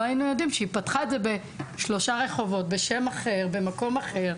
לא היינו יודעים שהיא פתחה את זה בשלושה רחובות בשם אחר ובמקום אחר.